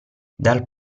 dal